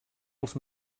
els